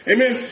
Amen